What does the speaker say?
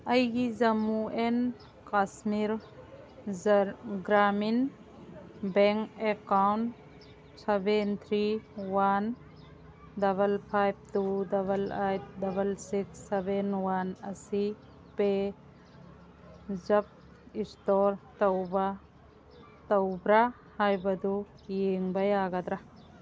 ꯑꯩꯒꯤ Jammu and Kashmir Gramin bank account seven three one double five two double eight double six seven one ꯑꯁꯤ ꯄꯦꯖꯞ ꯏꯁꯇꯣꯔ ꯇꯧꯕ꯭ꯔ ꯍꯥꯏꯕꯗꯨ ꯌꯦꯡꯕ ꯌꯥꯒꯗ꯭ꯔ